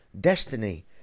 destiny